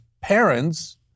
parents